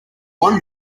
one